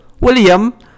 william